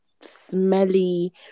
smelly